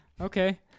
Okay